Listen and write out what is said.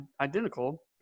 identical